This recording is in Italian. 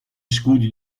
scudi